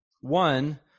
one